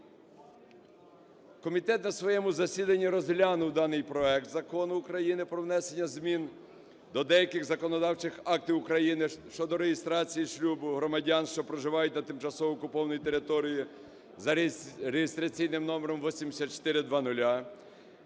Комітет на своєму засіданні розглянув даний проект Закону про внесення змін до деяких законодавчих актів України щодо реєстрації шлюбу громадян, що проживають на тимчасово окупованій території (за реєстраційним номером 8400),